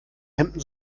hemden